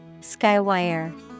Skywire